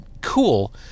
cool